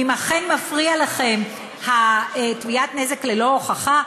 ואם אכן מפריעה לכם תביעת הנזק ללא הוכחה,